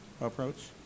approach